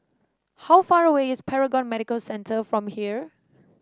how far away is Paragon Medical Centre from here